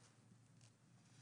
(2)